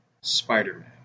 Spider-Man